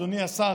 אדוני השר,